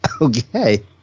Okay